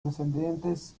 descendientes